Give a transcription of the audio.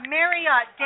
Marriott